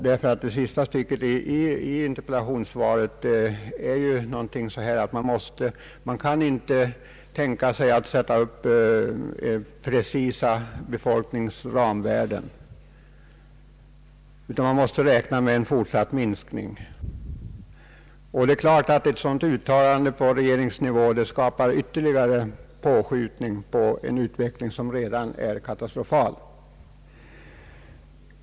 Enligt det sista stycket i interpellationssvaret kan statsrådet inte tänka sig att bestämma precisa befolkningsramvärden, utan vi måste räkna med en fortsatt minskning. Ett sådant uttalande på regeringsnivå innebär givetvis ytterligare påskjutning på en utveckling, som redan är katastrofal.